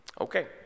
Okay